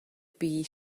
bee